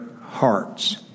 hearts